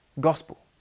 gospel